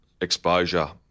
exposure